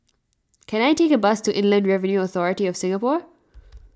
can I take a bus to Inland Revenue Authority of Singapore